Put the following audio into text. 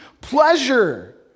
pleasure